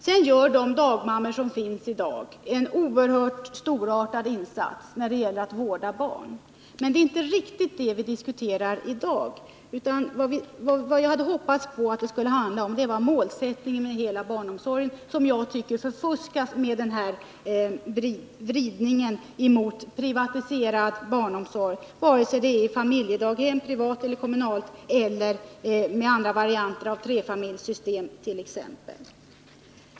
De dagmammor som finns i dag gör en storartad insats när det gäller att vårda barn. Men det är inte riktigt vad vi diskuterar i dag. Jag hade hoppats på att det skulle handla om hela barnomsorgens målsättning, vilken jag tycker förfuskas med vridningen mot en privatiserad barnomsorg, vare sig det är fråga om familjedaghem, privata eller kommunala, eller om andra varianter, t.ex. trefamiljesystem.